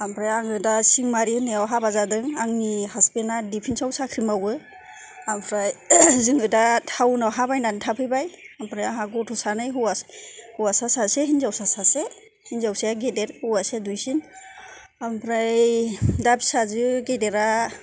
ओमफ्राय आङो दा सिंमारि होन्नायाव हाबा जादों आंनि हासबेन्दा डिपेन्सआव साख्रि मावो ओमफ्राय जोङो दा टाउनाव हा बायनानै थाफैबाय ओमफ्राय आंहा गथ' सानै हौवासा सासे हिन्जावसा सासे हिन्जावसाया गेदेर हौवासाया दुइसिन ओमफ्राय दा फिसाजो गेदेरा